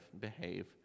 behave